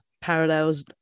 parallels